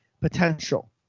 potential